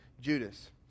Judas